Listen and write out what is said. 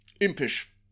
impish